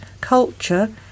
Culture